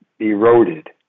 eroded